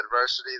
adversity